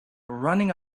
running